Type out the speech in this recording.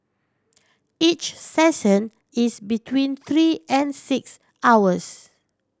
each session is between three and six hours